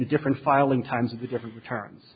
different filing times with different returns